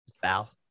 val